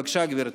בבקשה, גברתי.